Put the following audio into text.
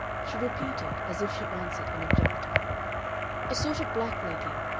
she repeated, as if she answered an objector a sort of blacklegging.